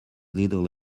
little